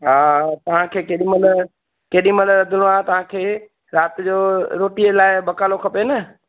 हा हा तव्हांखे केॾीमहिल केॾीमहिल रधिणो आहे तव्हांखे राति जो रोटीअ लाइ बकालो खपे न